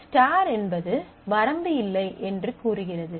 star என்பது வரம்பு இல்லை என்று கூறுகிறது